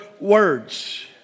words